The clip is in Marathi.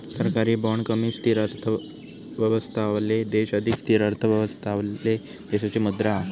सरकारी बाँड कमी स्थिर अर्थव्यवस्थावाले देश अधिक स्थिर अर्थव्यवस्थावाले देशाची मुद्रा हा